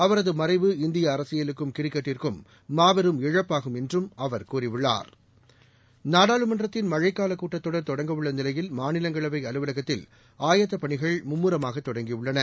அவரதுமறைவு இந்திய அரசியலுக்கும் கிரிக்கெட்டுக்கும் மாபெரும் இழப்பாகும் என்றுஅவர் கூறியுள்ளார் நாடாளுமன்றத்தின் மழைக்காலகூட்டத் தொடர் தொடங்கவுள்ள நிலையில் மாநிலங்களவைஅலுவலகத்தில் ஆயத்தபணிகள் மும்முரமாகதொடங்கியுள்ளன